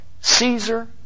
Caesar